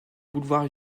boulevards